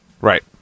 Right